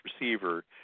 receiver